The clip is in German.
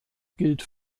gilt